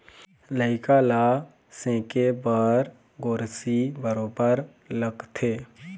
लइका ल सेके बर गोरसी बरोबर लगथे